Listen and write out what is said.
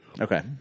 Okay